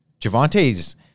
Javante's